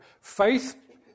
Faith